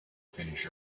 finish